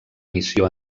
missió